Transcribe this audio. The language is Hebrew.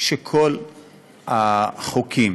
שכל החוקים